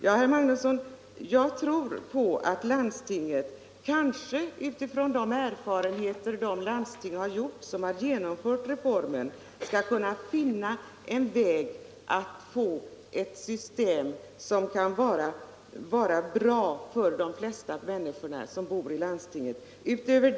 Jag tror, herr Magnusson, att de landsting som genomfört reformen utifrån sina erfarenheter kanske skall kunna finna en väg för att skapa ett system som kan bli gemensamt för människor i andra landstingsområden.